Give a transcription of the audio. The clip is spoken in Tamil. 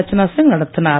ரச்னாசிங் நடத்தினார்